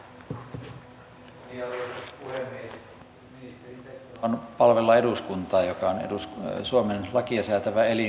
ministerin tehtävä on palvella eduskuntaa joka on suomen lakia säätävä elin